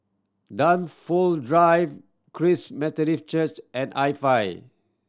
Dunfold Drive Christ Methodist Church and